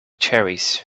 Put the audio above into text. cherries